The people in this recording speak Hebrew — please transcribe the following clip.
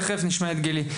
תכף נשמע את גילי.